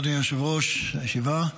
אדוני יושב-ראש הישיבה.